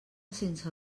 sense